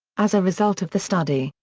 as a result of the study,